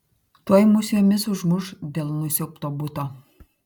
tuoj mus jomis užmuš dėl nusiaubto buto